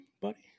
buddy